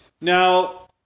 Now